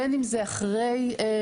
בין אם זה אחרי מבצע,